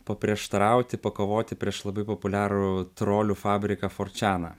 paprieštarauti pakovoti prieš labai populiarų trolių fabriką forčeną